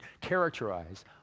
characterize